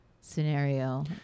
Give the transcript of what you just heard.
scenario